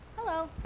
hello!